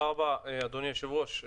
תודה רבה אדוני היושב ראש.